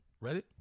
Ready